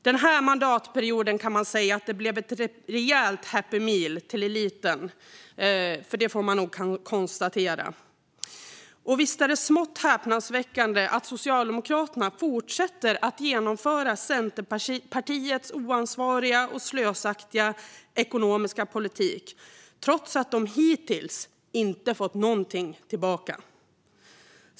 Den här mandatperioden blev ett rejält Happy Meal till eliten, får man nog konstatera. Visst är det smått häpnadsväckande att Socialdemokraterna fortsätter att genomföra Centerpartiets oansvariga och slösaktiga ekonomiska politik trots att de hittills inte fått någonting tillbaka.